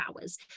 hours